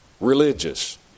religious